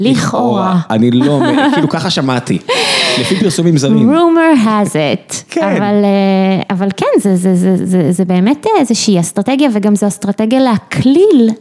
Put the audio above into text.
לכאורה, אני לא, כאילו ככה שמעתי, לפי פרסומים זרים, rumor has it, כן, אבל כן, זה באמת איזושהי אסטרטגיה וגם זו אסטרטגיה להכליל.